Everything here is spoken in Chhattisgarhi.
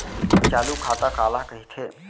चालू खाता काला कहिथे?